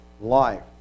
life